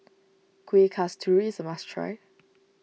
Kuih Kasturi is a must try